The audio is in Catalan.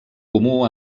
comú